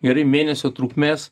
ir mėnesio trukmės